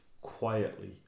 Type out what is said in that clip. quietly